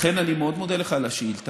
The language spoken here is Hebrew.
לכן, אני מאוד מודה לך על השאילתה